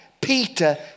Peter